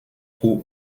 cou